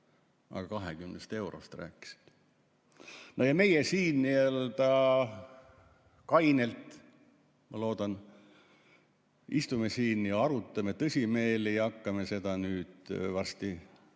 aga 20 eurost rääkisid. Meie siin nii-öelda kainelt, ma loodan, istume ja arutame tõsimeeli ja hakkame seda nüüd varsti